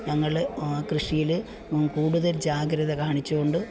ഞങ്ങൾ ആ കൃഷിയിൽ കൂടുതൽ ജാഗ്രത കാണിച്ചുകൊണ്ട്